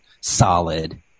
solid